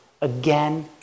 again